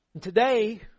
Today